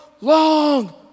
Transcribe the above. long